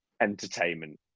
entertainment